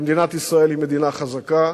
ומדינת ישראל היא מדינה חזקה